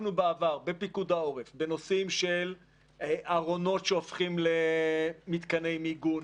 עסקנו בעבר בפיקוד העורף בנושאים של ארונות שהופכים למתקני מיגון,